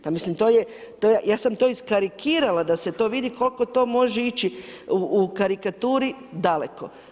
Pa mislim, ja sam to iskarikirala da se to vidi koliko to može ići u karikaturi daleko.